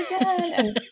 again